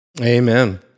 Amen